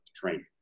training